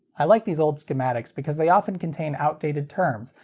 i like these old schematics because they often contain outdated terms,